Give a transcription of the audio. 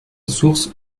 source